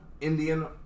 Indian